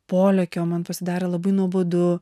polėkio man pasidarė labai nuobodu